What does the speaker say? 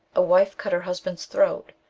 a wife cut her husband's throat,